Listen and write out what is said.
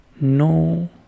no